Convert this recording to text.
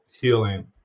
healing